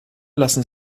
lassen